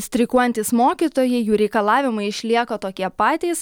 streikuojantys mokytojai jų reikalavimai išlieka tokie patys